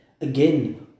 again